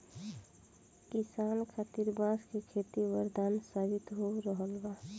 किसान खातिर बांस के खेती वरदान साबित हो रहल बा